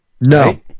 No